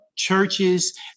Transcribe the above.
churches